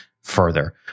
further